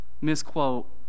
misquote